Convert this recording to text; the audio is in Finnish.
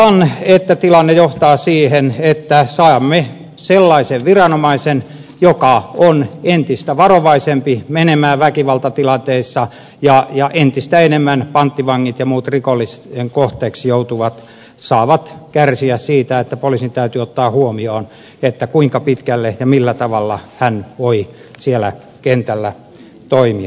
oletan että tilanne johtaa siihen että saamme sellaisen viranomaisen joka on entistä varovaisempi menemään väkivaltatilanteisiin ja entistä enemmän panttivangit ja muut rikollisten kohteeksi joutuvat saavat kärsiä siitä että poliisin täytyy ottaa huomioon kuinka pitkälle ja millä tavalla hän voi siellä kentällä toimia